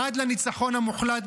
עד לניצחון המוחלט,